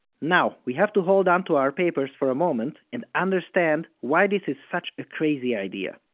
now, we have to hold on to our papers for a moment and understand why this is such a crazy idea.